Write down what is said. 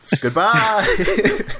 Goodbye